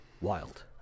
wild